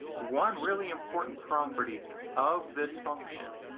one really important property of this function